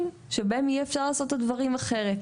שבהם אפשר יהיה לעשות את הדברים אחרת.